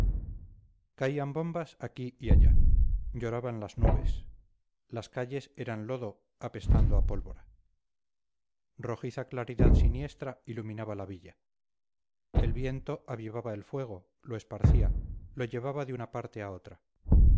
caían bombas aquí y allá lloraban las nubes las calles eran lodo apestando a pólvora rojiza claridad siniestra iluminaba la villa el viento avivaba el fuego lo esparcía lo llevaba de una parte a otra